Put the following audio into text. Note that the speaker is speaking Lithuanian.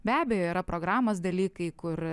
be abejo yra programos dalykai kur